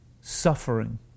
suffering